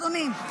אדוני.